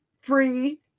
free